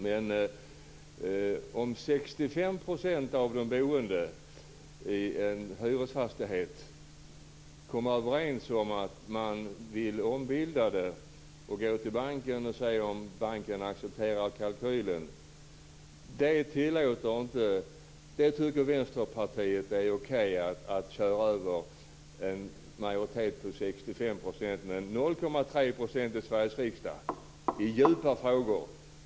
Men om 65 % av de boende i en hyresfastighet kommer överens om att de vill ombilda fastigheten och banken accepterar kalkylen tycker Vänsterpartiet att det är okej att köra över denna majoritet på 65 %. Men i Sveriges riksdag gäller 0,3 %. Det är djupa frågor.